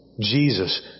Jesus